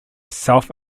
self